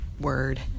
Word